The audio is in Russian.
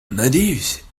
надеюсь